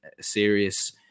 serious